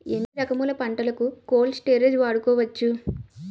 ఎన్ని రకములు పంటలకు కోల్డ్ స్టోరేజ్ వాడుకోవచ్చు?